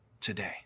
today